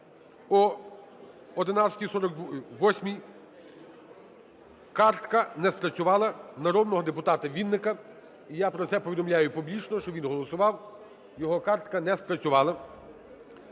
об 11:48, картка не спрацювала народного депутата Вінника, і я про це повідомляю публічно, що він голосував, його картка не спрацювала.